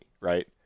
right